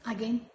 Again